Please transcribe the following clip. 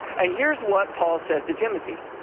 and here's what paul says to timothy,